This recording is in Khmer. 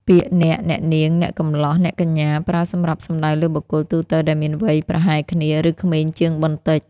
ពាក្យ អ្នក អ្នកនាង អ្នកកំលោះ អ្នកកញ្ញា ប្រើសម្រាប់សំដៅលើបុគ្គលទូទៅដែលមានវ័យប្រហែលគ្នា ឬក្មេងជាងបន្តិច។